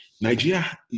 nigeria